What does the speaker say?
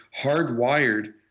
hardwired